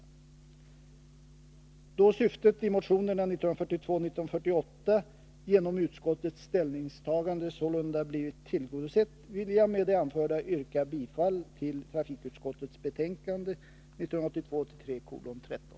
Då syftet i motionerna 1982 83:1948 genom utskottets ställningstagande sålunda blivit tillgodosett vill jag med det anförda yrka bifall till trafikutskottets betänkande 1982/83:13.